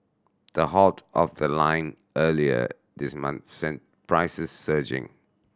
the halt of the line earlier this month sent prices surging